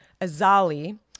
Azali